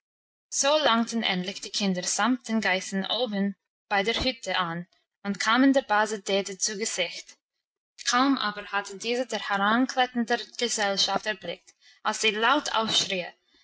so langten endlich die kinder samt den geißen oben bei der hütte an und kamen der base dete zu gesicht kaum aber hatte diese die herankletternde gesellschaft erblickt als sie laut aufschrie